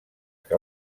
que